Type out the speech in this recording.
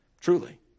truly